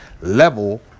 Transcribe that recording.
level